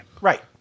Right